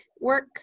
work